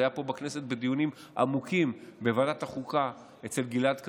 זה היה פה בכנסת בדיונים עמוקים בוועדת החוקה אצל גלעד קריב.